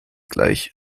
gleich